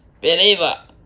believer